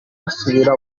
basubira